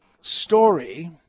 story